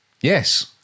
Yes